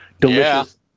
delicious